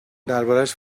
دربارش